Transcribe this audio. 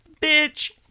Bitch